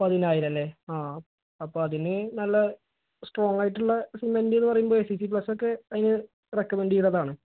പതിനായിരമല്ലേ ആ അപ്പോള് അതിനു നല്ല സ്ട്രോങ്ങായിട്ടുള്ള സിമെന്റെന്നു പറയുമ്പോള് എ സി സി പ്ലസൊക്കെ അതിന് റെക്കമെന്റ് ചെയ്തതാണ്